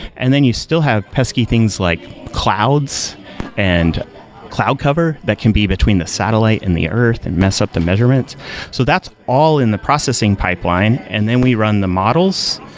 and then you still have pesky things like clouds and cloud cover that can be between the satellite and the earth and mess up the measurements so that's all in the processing pipeline. and then we run the models.